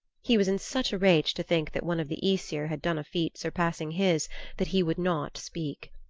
he was in such a rage to think that one of the aesir had done a feat surpassing his that he would not speak.